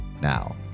now